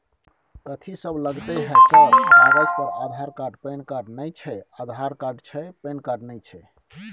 कथि सब लगतै है सर कागज आधार कार्ड पैन कार्ड नए छै आधार कार्ड छै पैन कार्ड ना छै?